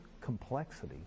complexity